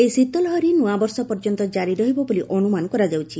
ଏହି ଶୀତ ଲହରୀ ନୂଆବର୍ଷ ପର୍ଯ୍ୟନ୍ତ ଜାରି ରହିବ ବୋଲି ଅନୁମାନ କରାଯାଉଛି